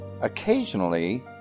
Occasionally